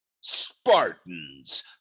Spartans